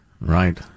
right